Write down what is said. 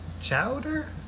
chowder